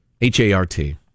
H-A-R-T